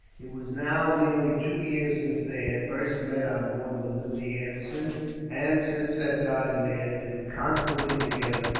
it was now nearly two years since they had first met on board the lizzie anderson and, since that time, they had been constantly together,